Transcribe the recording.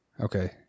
Okay